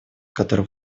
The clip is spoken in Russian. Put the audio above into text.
который